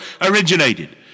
originated